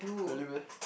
really meh